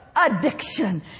addiction